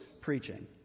preaching